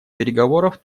переговоров